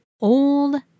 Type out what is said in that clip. old